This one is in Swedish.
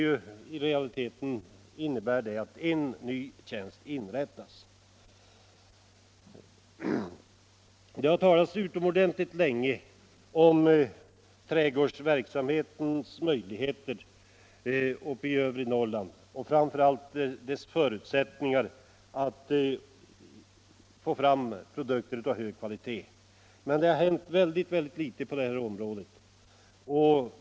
I realiteten innebär detta att en ny tjänst inrättas. Det har utomordentligt länge talats om trädgårdsverksamhetens möjligheter uppe i övre Norrland och framför allt om dess förutsättningar att frambringa produkter av hög kvalitet, men det har hänt ytterst litet på det området.